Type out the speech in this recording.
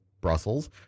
Brussels